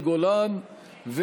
יוליה מלינובסקי קונין,